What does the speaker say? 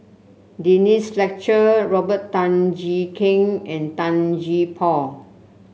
Denise Fletcher Robert Tan Jee Keng and Tan Gee Paw